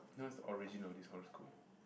you know what is the origin of this horoscope